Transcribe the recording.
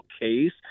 case